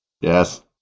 Yes